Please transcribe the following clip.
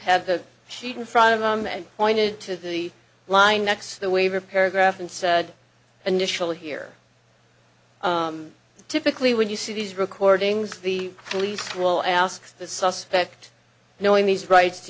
had the sheet in front of him and pointed to the line next the waiver paragraph and said initially here typically when you see these recordings the police will ask the suspect knowing these rights do